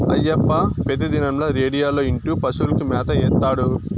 అయ్యప్ప పెతిదినంల రేడియోలో ఇంటూ పశువులకు మేత ఏత్తాడు